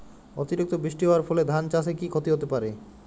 অতিরিক্ত বৃষ্টি হওয়ার ফলে ধান চাষে কি ক্ষতি হতে পারে?